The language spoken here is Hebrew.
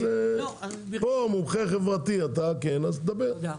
פה מומחה חברתי אתה כן, אז דבר.